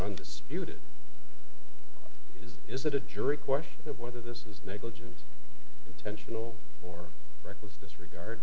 undisputed is is that a jury question of whether this is negligence intentional or reckless disregard